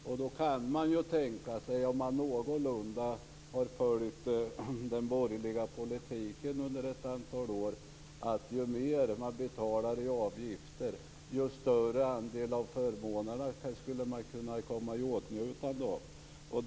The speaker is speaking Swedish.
Om man någorlunda har följt den borgerliga politiken ett antal år kan man tänka sig att ju mer man betalar i avgifter ju större andel av förmånerna kan man komma i åtnjutande av.